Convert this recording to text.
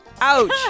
Ouch